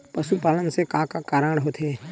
पशुपालन से का का कारण होथे?